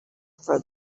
for